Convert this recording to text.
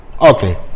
Okay